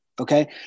okay